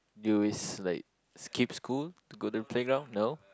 you always like skip school to go to playground no